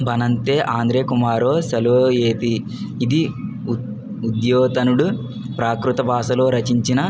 బనంతే ఆంధ్రే కుమారో సెలోయేది ఇది ఉద్యోధనుడు ప్రాకృత భాషలో రచించిన